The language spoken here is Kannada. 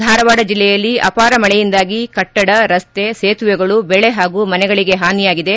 ಧಾರವಾಡ ಜಿಲ್ಲೆಯಲ್ಲಿ ಅಪಾರ ಮಳೆಯಿಂದಾಗಿ ಕಟ್ಟಡ ರಸ್ತೆ ಸೇತುವೆಗಳು ಬೆಳೆ ಹಾಗೂ ಮನೆಗಳಿಗೆ ಹಾನಿಯಾಗಿದೆ